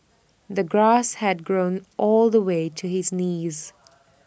the grass had grown all the way to his knees